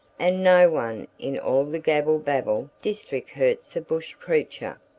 and no one in all the gabblebabble district hurts a bush creature,